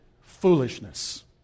foolishness